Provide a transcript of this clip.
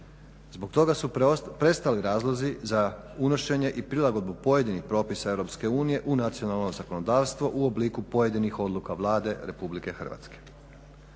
Zbog toga su prestali razlozi za unošenje i prilagodbu pojedinih propisa EU u nacionalno zakonodavstvo u obliku pojedinih odluka Vlade RH. Isto tako